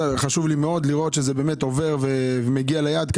חשוב לי מאוד לראות שזה באמת עובר ומגיע ליעד.